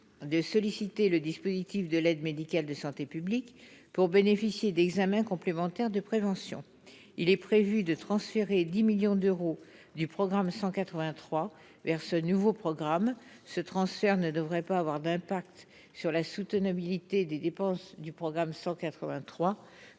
de solliciter le dispositif de l'aide médicale de santé publique pour bénéficier d'examens complémentaires de prévention, il est prévu de transférer 10 millions d'euros du programme 183 vers ce nouveau programme, ce transfert ne devrait pas avoir d'impact sur la soutenabilité des dépenses du programme 183